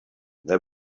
there